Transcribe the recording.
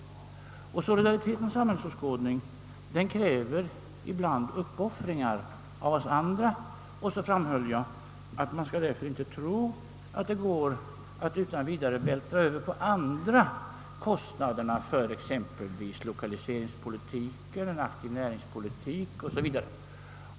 Jag framhöll att solidaritetens samhällsåskådning ibland kräver uppoffringar och att man därför inte skall tro att det går att på andra vältra över kostnaderna för exempelvis lokaliseringspolitiken, en aktiv näringspolitik o. s. v.